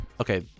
Okay